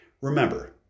Remember